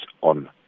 on